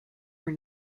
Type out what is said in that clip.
were